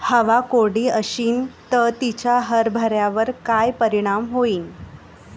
हवा कोरडी अशीन त तिचा हरभऱ्यावर काय परिणाम होईन?